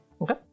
Okay